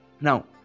now